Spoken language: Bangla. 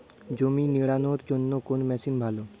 জমি নিড়ানোর জন্য কোন মেশিন ভালো?